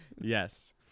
Yes